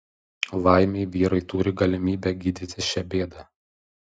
laimei vyrai turi galimybę gydytis šią bėdą